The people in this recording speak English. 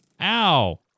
Ow